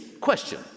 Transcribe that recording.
Question